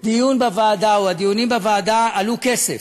שהדיון בוועדה או הדיונים בוועדה עלו כסף.